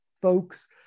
folks